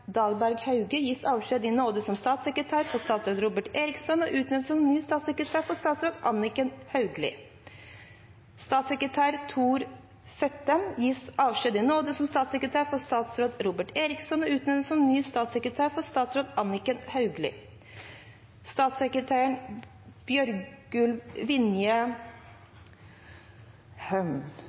Hauge gis avskjed i nåde som statssekretær for statsråd Robert Eriksson og utnevnes på ny som statssekretær for statsråd Anniken Hauglie. 17. Statssekretær Thor Sættem gis avskjed i nåde som statssekretær for statsråd Robert Eriksson og utnevnes på ny som statssekretær for statsråd Anniken Hauglie. 18. Statssekretær Bjørgulv Vinje